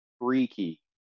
freaky